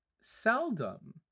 seldom